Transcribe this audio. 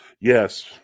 Yes